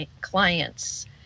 clients